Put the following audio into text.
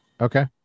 Okay